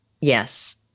Yes